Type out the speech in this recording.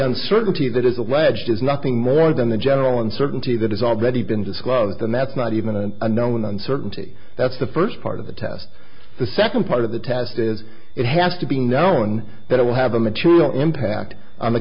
uncertainty that is alleged is nothing more than the general uncertainty that is already been disclosed and that's not even an unknown uncertainty that's the first part of the test the second part of the test is it has to be known that it will have a material impact on the